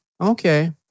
okay